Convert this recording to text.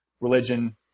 religion